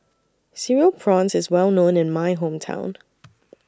Cereal Prawns IS Well known in My Hometown